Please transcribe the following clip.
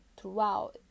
throughout